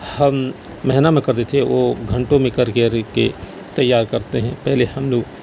ہم مہینوں میں کرتے تھے وہ گھنٹوں میں کر کر کے تیار کرتے ہیں پہلے ہم لوگ